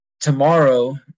tomorrow